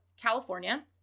California